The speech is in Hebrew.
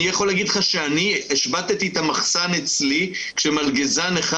אני השבתתי את המחסן אצלי כשמלגזן אחד